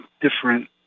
different